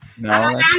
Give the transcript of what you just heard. No